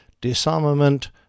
Disarmament